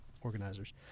organizers